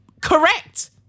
correct